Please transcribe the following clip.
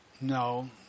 No